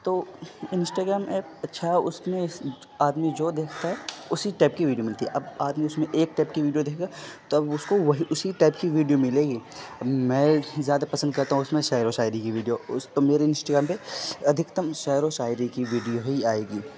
تو Instagram app اچھا ہے اس میں آدمی جو دیکھتا ہے اسی ٹائپ کی ویڈیو ملتی ہے اب آدمی اس میں ایک ٹائپ کی ویڈیو دیکھے گا تو اب اس کو وہی اسی ٹائپ کی ویڈیو ملے گی اب میں زیادہ پسند کرتا ہوں اس میں شعر و شاعری کی ویڈیو اس تو میرے انسٹاگرام پہ ادھکتم شعر و شاعری کی ویڈیو ہی آئے گی